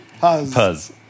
Puzz